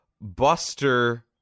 Buster